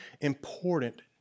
important